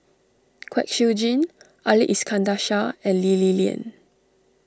Kwek Siew Jin Ali Iskandar Shah and Lee Li Lian